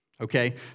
Okay